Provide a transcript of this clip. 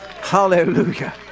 Hallelujah